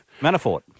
Manafort